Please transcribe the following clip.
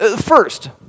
First—